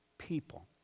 people